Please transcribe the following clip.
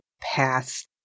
past